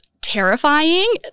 terrifying